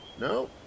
No